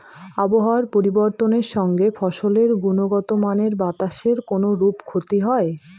আবহাওয়ার পরিবর্তনের সঙ্গে ফসলের গুণগতমানের বাতাসের কোনরূপ ক্ষতি হয়?